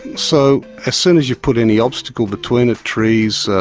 so as soon as you put any obstacle between it trees,